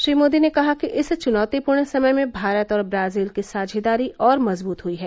श्री मोदी ने कहा कि इस चुनौतीपूर्ण समय में भारत और ब्राजील की साझेदारी और मजबूत हुई है